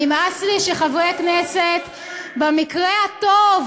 נמאס לי שחברי כנסת במקרה הטוב,